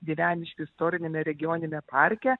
dieveniškių istoriniame regioniniame parke